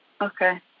Okay